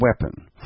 weapon